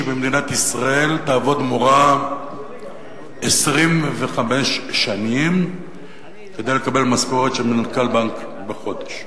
שבמדינת ישראל תעבוד מורה 25 שנים כדי לקבל משכורת של מנכ"ל בנק בחודש.